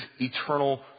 eternal